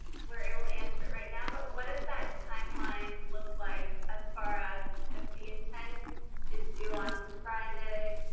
we're able to answer it right now, but what does that timeline look like as far as if the intent is due on friday,